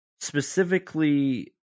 specifically